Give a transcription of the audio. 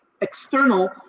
external